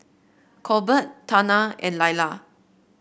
Colbert Tana and Laila